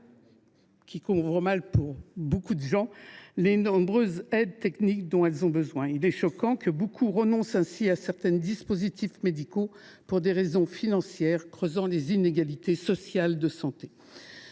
qui couvre mal les nombreuses aides techniques dont elles ont besoin. Il est choquant que beaucoup renoncent ainsi à certains dispositifs médicaux pour des raisons financières, creusant les inégalités sociales de santé.